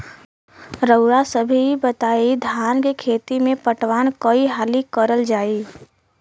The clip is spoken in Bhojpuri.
रउवा सभे इ बताईं की धान के खेती में पटवान कई हाली करल जाई?